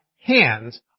hands